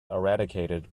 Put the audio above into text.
eradicated